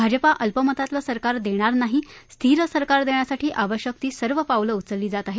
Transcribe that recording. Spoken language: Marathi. भाजपा अल्पमतातलं सरकार देणार नाही स्थिर सरकार देण्यासाठी आवश्यक ती सर्व पावलं उचलली जात आहेत